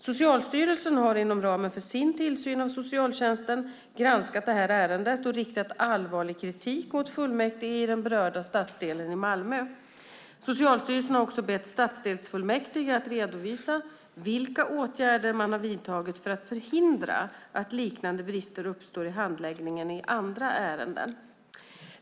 Socialstyrelsen har inom ramen för sin tillsyn av socialtjänsten granskat ärendet och riktat allvarlig kritik mot fullmäktige i den berörda stadsdelen i Malmö. Socialstyrelsen har också bett stadsdelsfullmäktige att redovisa vilka åtgärder man har vidtagit för att förhindra att liknande brister uppstår i handläggningen av andra ärenden.